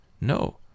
No